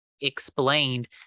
explained